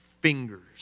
fingers